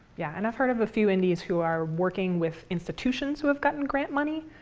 yeah, and i've heard of a few indies who are working with institutions who have gotten grant money.